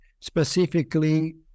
specifically